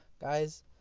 Guys